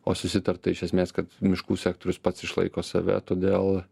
o susitarta iš esmės kad miškų sektorius pats išlaiko save todėl